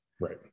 right